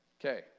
Okay